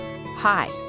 Hi